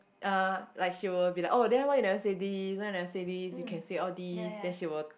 er like she will be like oh then why you never say this why you never say this you can say all this then she will